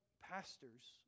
pastors